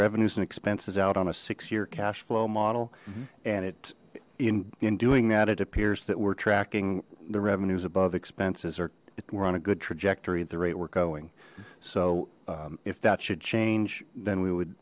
revenues and expenses out on a six year cash flow model and it in in doing that it appears that we're tracking the revenues above expenses are we're on a good trajectory at the rate we're going so if that should change then we would